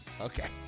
Okay